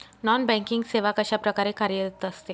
Non banking सेवा कशाप्रकारे कार्यरत असते?